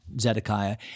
Zedekiah